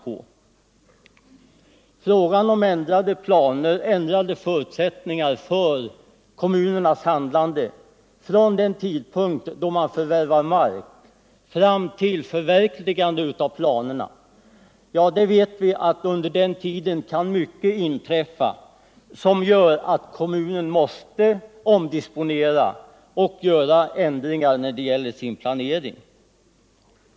En fråga gäller ändrade förutsättningar för kommunernas handlande från den tidpunkt då man förvärvar mark fram till förverkligande av planerna. Vi vet att under den tiden kan mycket inträffa som gör att kommunen måste omdisponera och göra ändringar i sin planering.